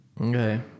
Okay